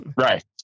Right